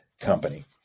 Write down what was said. company